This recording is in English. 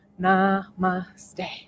Namaste